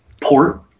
port